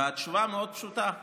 והתשובה מאוד פשוטה: